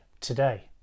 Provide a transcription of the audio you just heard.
today